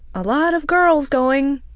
a lot of girls going